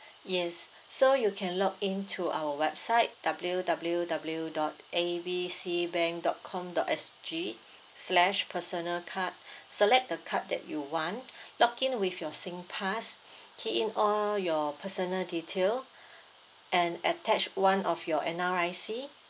yes so you can login to our website W W W dot A B C bank dot com dot S_G slash personal card select the card that you want login with your singpass key in all your personal detail and attach one of your N_R_I_C